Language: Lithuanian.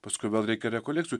paskui vėl reikia rekolekcijų